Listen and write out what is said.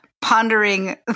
Pondering